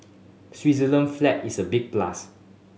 Switzerland flag is a big plus